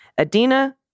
Adina